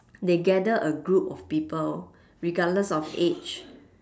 they gather a group of people regardless of age